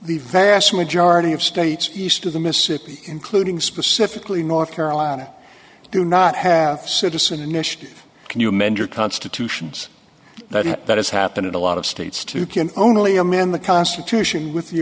the vast majority of states east of the mississippi including specifically north carolina do not have citizen initiative can you mend your constitutions that that has happened in a lot of states to can only amend the constitution with the